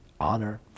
honor